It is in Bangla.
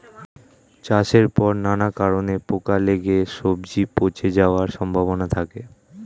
চাষের পর নানা কারণে পোকা লেগে সবজি পচে যাওয়ার সম্ভাবনা থাকে